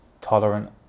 tolerant